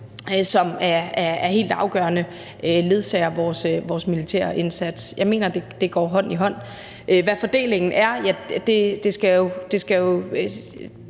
det er helt afgørende ledsager vores militære indsats. Jeg mener, at det går hånd i hånd. Hvad fordelingen er – ja, på